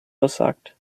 versagt